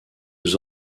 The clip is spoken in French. aux